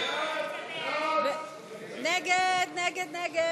סעיף תקציבי